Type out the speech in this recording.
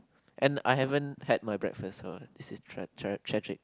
and I haven't had my breakfast so it's it's tragic